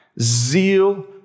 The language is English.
zeal